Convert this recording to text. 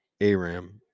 Aram